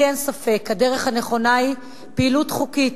לי אין ספק: הדרך הנכונה היא פעילות חוקית,